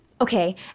Okay